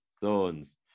Thorns